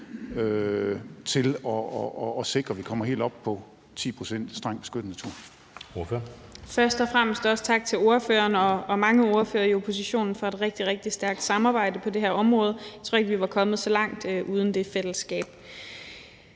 til at sikre, at vi kommer helt op på 10 pct.